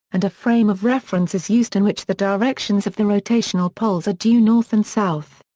and a frame of reference is used in which the directions of the rotational poles are due north and south.